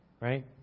right